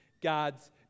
God's